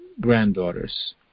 granddaughters